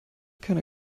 keine